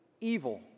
Evil